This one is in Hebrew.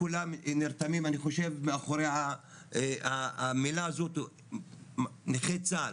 כולם נרתמים אני חושב מאחורי המילה הזאת נכי צה"ל,